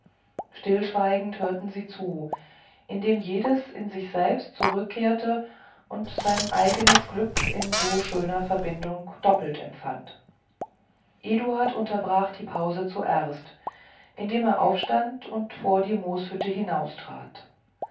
stillschweigend hörten sie zu indem jedes in sich selbst zurückkehrte und sein eigenes glück in so schöner verbindung doppelt empfand eduard unterbrach die pause zuerst indem er aufstand und vor die mooshütte